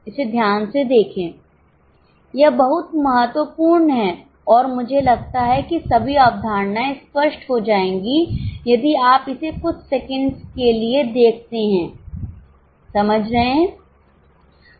इसे ध्यान से देखें यह बहुत महत्वपूर्ण है और मुझे लगता है कि सभी अवधारणाएं स्पष्ट हो जाएंगी यदि आप इसे कुछ सेकंड के लिए देखते हैं समझ रहे हैं